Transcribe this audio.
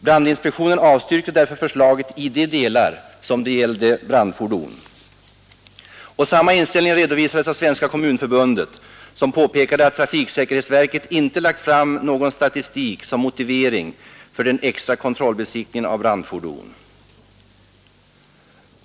Brandinspektionen avstyrkte därför förslaget i de delar det gällde brandfordon. Samma inställning redovisades av Svenska kommunförbundet, som påpekade att trafiksäkerhetsverket inte lagt fram någon statistik som motivering för den extra kontrollbesiktningen av brandfordon.